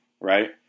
right